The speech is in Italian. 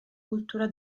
cultura